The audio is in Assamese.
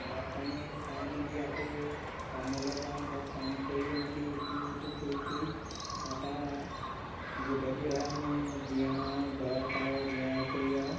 ভাত পানী খাই মেলি আকৌ কামলৈ যাওঁ ধৰ কাম কৰি মেলি ইটো ইটো কৰি কৰি তাৰপৰা গধূলি হয় আমি জিৰাও আৰু ঘৰত আৰু জিৰাই কৰি আৰু